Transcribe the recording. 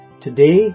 Today